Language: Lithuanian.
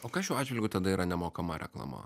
o kas šiuo atžvilgiu tada yra nemokama reklama